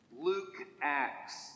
Luke-Acts